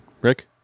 Rick